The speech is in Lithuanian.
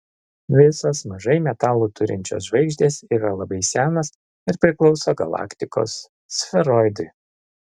visos mažai metalų turinčios žvaigždės yra labai senos ir priklauso galaktikos sferoidui